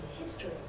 history